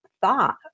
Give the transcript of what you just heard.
thought